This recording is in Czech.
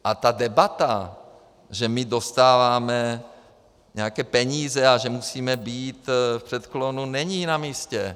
A debata, že dostáváme nějaké peníze a že musíme být v předklonu, není namístě.